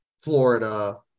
florida